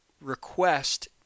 request